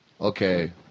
okay